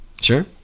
sure